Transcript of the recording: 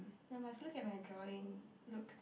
you must look at my drawing look